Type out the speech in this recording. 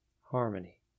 Harmony